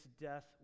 death